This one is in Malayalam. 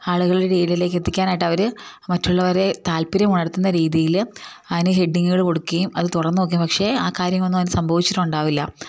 ആളുകളുടെ ഇടയിലേക്ക് എത്തിക്കാനായിട്ട് അവർ മറ്റുള്ളവരെ താല്പര്യം ഉണർത്തുന്ന രീതിയിൽ അതിന് ഹെഡിങ്ങുകൾ കൊടുക്കുകയും അത് തുറന്നു നോക്കുകയും പക്ഷേ ആ കാര്യങ്ങളൊന്നും അതിന് സംഭവിച്ചട്ടുണ്ടാവില്ല